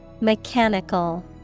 Mechanical